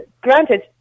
granted